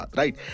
right